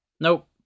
Nope